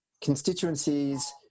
constituencies